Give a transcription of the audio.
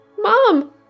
Mom